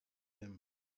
him